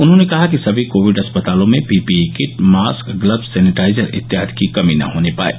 उन्होंने कहा कि समी कोविड अस्पतालों में PPE kit mask gloves sanitiser इत्यादि की कमी न होने पाये